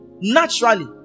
Naturally